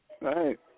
Right